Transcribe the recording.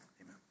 Amen